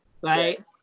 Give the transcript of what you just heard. Right